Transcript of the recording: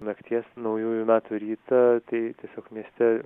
nakties naujųjų metų rytą tai tiesiog mieste